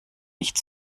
nicht